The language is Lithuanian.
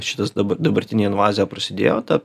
šitas dabar dabartinė invazija prasidėjo ta